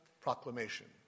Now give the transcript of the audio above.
proclamation